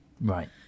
Right